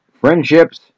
Friendships